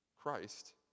Christ